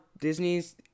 Disney's